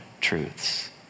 truths